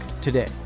today